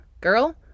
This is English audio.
girl